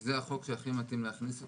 שזה החוק שהכי מתאים להכניס אותו.